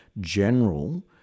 general